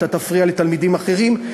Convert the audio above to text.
אתה תפריע לתלמידים אחרים.